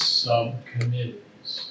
subcommittees